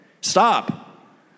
Stop